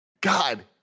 god